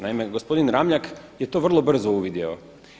Naime, gospodin Ramljak je to vrlo brzo uvidjeo.